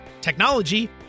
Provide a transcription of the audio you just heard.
technology